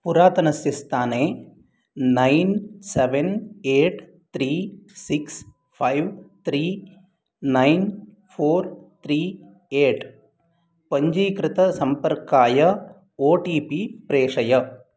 पुरातनस्य स्थाने nine seven eight three six five three nine four three eight पञ्जीकृतसम्पर्काय O T P प्रेषय